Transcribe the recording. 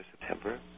September